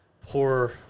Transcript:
poor